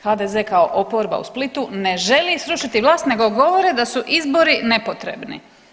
HDZ kao oporba u Splitu ne želi srušiti vlast nego govore da su izbori nepotrebni.